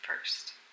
first